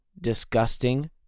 disgusting